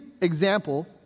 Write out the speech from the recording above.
example